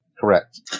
Correct